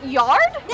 yard